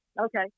Okay